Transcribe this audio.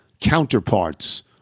counterparts